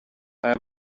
aya